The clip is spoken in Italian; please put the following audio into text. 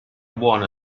buona